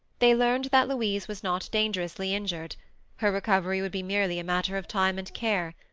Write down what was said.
they learned that louise was not dangerously injured her recovery would be merely a matter of time and care.